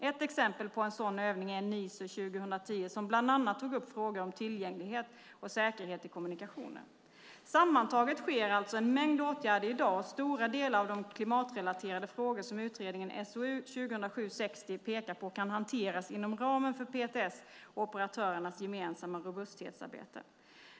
Ett exempel på en sådan övning är Nisö 2010, som bland annat tog upp frågor om tillgänglighet och säkerhet i kommunikationer. Sammantaget sker alltså en mängd åtgärder i dag, och stora delar av de klimatrelaterade frågor som utredningen SOU 2007:60 pekar på kan hanteras inom ramen för PTS och operatörernas gemensamma robusthetsarbete.